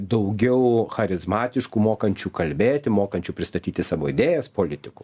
daugiau charizmatiškų mokančių kalbėti mokančių pristatyti savo idėjas politikų